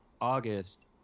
August